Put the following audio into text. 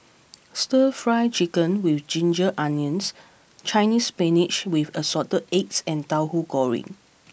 Stir Fry Chicken with Ginger Onions Chinese Spinach with Assorted Eggs and Tauhu Goreng